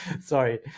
Sorry